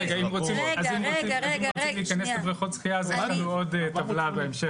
אם רוצים להכנס לבריכות השחיה אז יש טבלה בהמשך.